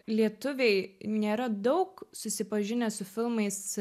lietuviai nėra daug susipažinę su filmais